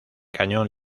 cañón